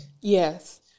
Yes